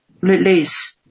Release